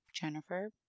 Jennifer